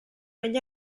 negli